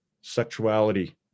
sexuality